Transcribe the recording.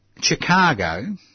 Chicago